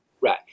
Right